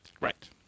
right